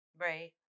Right